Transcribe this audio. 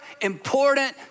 important